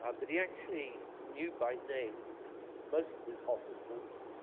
ah but he actually knew by name most of his officers.